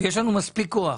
יש לנו מספיק כוח.